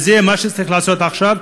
וזה מה שצריך לעשות עכשיו,